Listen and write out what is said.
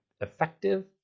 effective